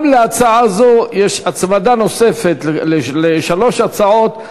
להצעה זו יש הצמדה נוספת, שלוש הצעות.